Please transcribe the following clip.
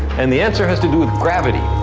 and the answer has to do with gravity